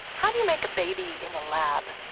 how do you make a baby in a lab?